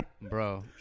Bro